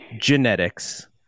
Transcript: genetics